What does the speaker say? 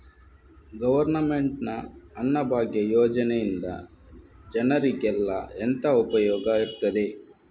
Government ನ ಅನ್ನಭಾಗ್ಯ ಯೋಜನೆಯಿಂದ ಜನರಿಗೆಲ್ಲ ಎಂತ ಉಪಯೋಗ ಇರ್ತದೆ?